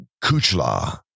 kuchla